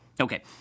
Okay